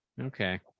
Okay